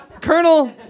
Colonel